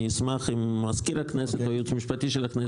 אני אשמח אם מזכיר הכנסת או הייעוץ המשפטי של הכנסת